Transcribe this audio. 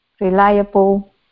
reliable